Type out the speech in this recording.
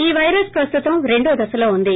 ఈ పైరస్ ప్రస్తుతం రెండో దశలో వుంది